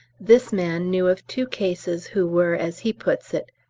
this man knew of two cases who were, as he puts it,